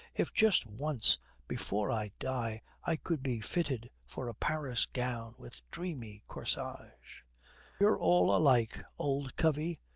if just once before i die i could be fitted for a paris gown with dreamy corsage you're all alike, old covey.